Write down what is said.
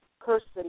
person